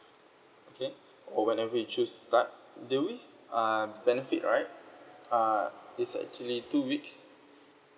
okay or whenever you choose to start therewith uh benefit right uh it's actually two weeks